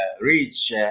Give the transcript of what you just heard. reach